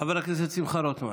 חבר הכנסת שמחה רוטמן,